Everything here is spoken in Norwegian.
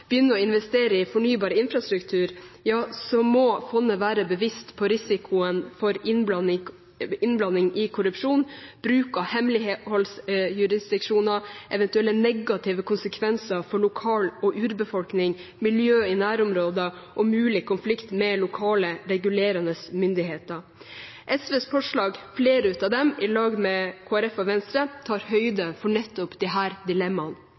å investere i fornybar infrastruktur, må fondet være bevisst på risikoen for innblanding i korrupsjon, bruk av hemmeligholdte jurisdiksjoner, eventuelle negative konsekvenser for lokal- og urbefolkning, miljø i nærområder og mulig konflikt med lokale regulerende myndigheter. Flere av SVs forslag, i lag med Kristelig Folkeparti og Venstre, tar høyde for nettopp disse dilemmaene.